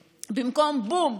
במקום: בום,